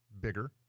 bigger